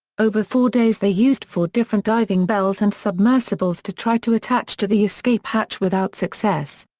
over four days they used four different diving bells and submersibles to try to attach to the escape hatch without success.